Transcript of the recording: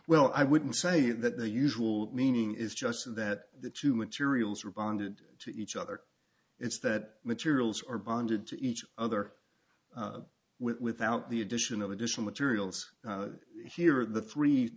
well i wouldn't say that the usual meaning is just that the two materials were bonded to each other it's that materials are bonded to each other without the addition of additional materials here are the three